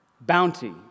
bounty